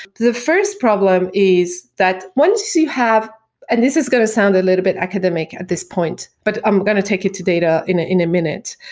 the first problem is that once you have and this is going to sound a little bit academic at this point, but i'm going to take it to data in in a minute.